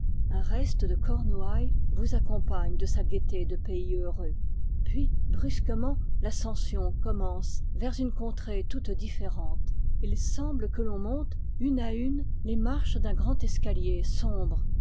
un reste de cornouailles vous accompagne de sa gaieté de pays heureux puis brusquement l'ascension commence vers une contrée toute différente il semble que l'on monte une à une les marches d'un grand escalier sombre